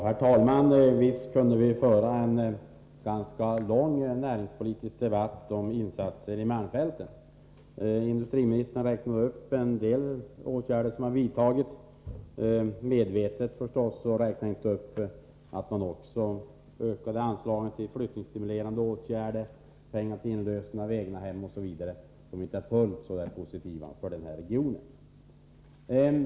Herr talman! Visst kunde vi föra en ganska lång näringspolitisk debatt om insatserna i malmfälten. Industriministern räknade upp en del åtgärder som har vidtagits, men han nämnde inte — medvetet förstås — att man också ökade anslagen till flyttningsstimulerande åtgärder, till inlösen av egnahem osv., som inte är fullt så positivt för regionen.